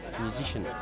musician